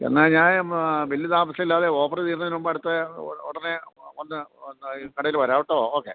എന്നാല് ഞാൻ വലിയ താമസമില്ലാതെ ഓഫര് തീരുന്നതിനുമുമ്പ് അടുത്ത ഉടനെ വന്ന് കടയില് വരാം കെട്ടോ ഓക്കെ